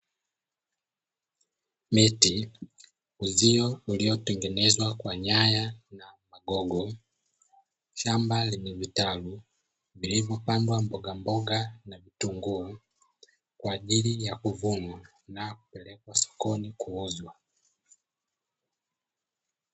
Miti, uzio uliotengenezwa kwa nyaya na magogo, shamba lenye vitalu lilolopandwa mbogamboga na vitunguu, kwaajili ya kuvunwa na kupelekwa sokoni kuuzwa.